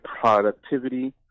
productivity